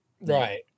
Right